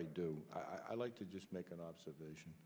i do i'd like to just make an observation